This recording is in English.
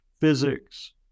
physics